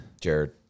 Jared